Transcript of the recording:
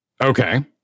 Okay